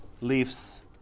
leaves